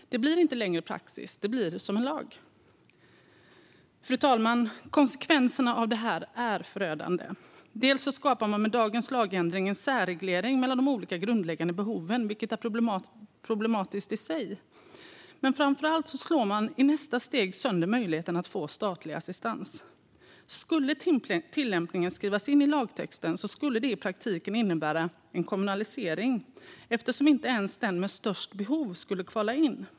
Det blir inte längre praxis; det blir lag. Fru talman! Konsekvenserna av detta är förödande. Man skapar med dagens lagändring en särreglering mellan de olika grundläggande behoven, vilket är problematiskt i sig. Men framför allt slår man i nästa steg sönder möjligheten att få statlig assistans. Skulle tillämpningen skrivas in i lagtexten skulle det i praktiken innebära en kommunalisering, eftersom inte ens den med störst behov skulle kvala in.